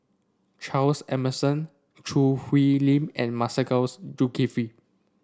Charles Emmerson Choo Hwee Lim and Masagos Zulkifli